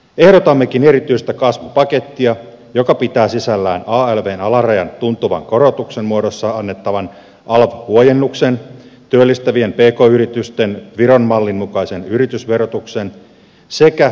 ehdotammekin erityistä kasvupakettia joka pitää sisällään alvn alarajan tuntuvan korotuksen muodossa annettavan alv huojennuksen työllistävien pk yritysten viron mallin mukaisen yritysverotuksen sekä kotitalousvähennyksen korotuksen